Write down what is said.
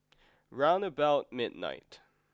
round about midnight